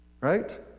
right